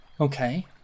Okay